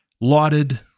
lauded